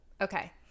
Okay